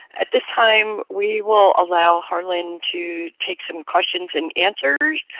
at this time we will allow harlan to take some questions and answers.